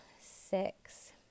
six